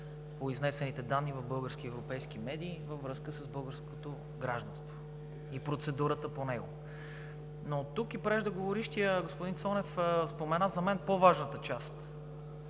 по изнесените данни в български и европейски медии във връзка с българското гражданство и процедурата по него. И преждеговорившият – господин Цонев, спомена по-важната част,